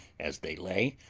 as they lay,